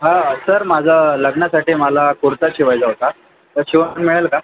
हां सर माझा लग्नासाठी मला कुर्ता शिवायचा होता तर शिवून मिळेल का